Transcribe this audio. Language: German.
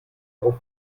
auf